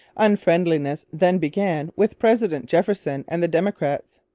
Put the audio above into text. unfriendliness then began with president jefferson and the democrats.